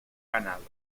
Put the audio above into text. ganado